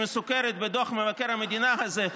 שמסוקרת בדוח מבקר המדינה הזה,